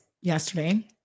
yesterday